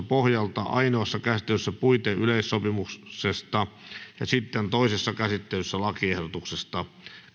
pohjalta ainoassa käsittelyssä puiteyleissopimuksesta ja sitten toisessa käsittelyssä lakiehdotuksesta